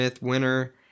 winner